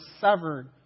severed